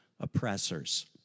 oppressors